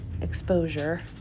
exposure